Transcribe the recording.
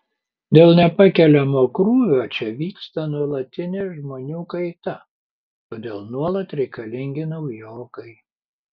dėl nepakeliamo krūvio čia vyksta nuolatinė žmonių kaita todėl nuolat reikalingi naujokai